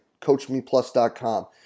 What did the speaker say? CoachMePlus.com